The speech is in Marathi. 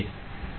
येथे